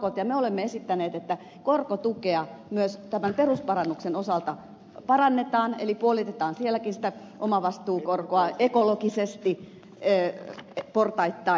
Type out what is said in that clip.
me olemme esittäneet että korkotukea myös perusparannuksen osalta parannetaan eli puolitetaan sielläkin omavastuukorkoa ekologisesti portaittain